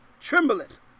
trembleth